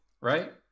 right